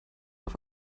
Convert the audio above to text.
auf